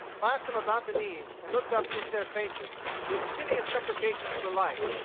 clasped them about the knees, and looked up into their faces with piteous supplications for life.